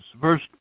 verse